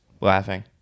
laughing